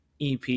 EP